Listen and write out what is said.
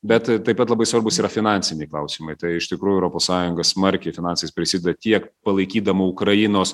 bet taip pat labai svarbūs yra finansiniai klausimai tai iš tikrųjų europos sąjunga smarkiai finansais prisideda tiek palaikydama ukrainos